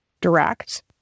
direct